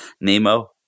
nemo